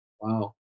wow